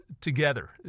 together